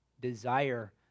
desire